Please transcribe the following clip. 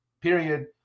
period